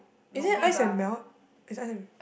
is it ice and melt is ice and